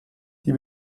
die